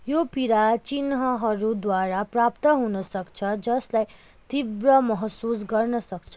यो पीडा चिह्नहरूद्वारा प्राप्त हुन सक्छ जसलाई तीव्र महसुस गर्न सक्छ